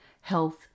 health